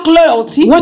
loyalty